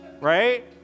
right